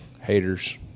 haters